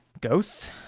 Ghosts